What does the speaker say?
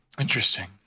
interesting